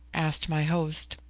asked my host,